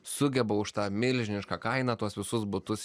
sugeba už tą milžinišką kainą tuos visus butus